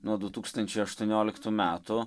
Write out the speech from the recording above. nuo du tūkstančiai aštuonioliktų metų